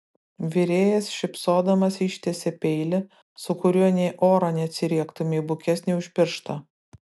virėjas šypsodamas ištiesia peilį su kuriuo nė oro neatsiriektumei bukesnį už pirštą